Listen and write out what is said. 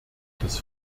des